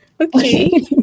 Okay